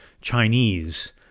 Chinese